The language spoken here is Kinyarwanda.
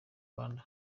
rwanda